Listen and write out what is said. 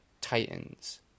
Titans